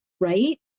right